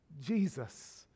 Jesus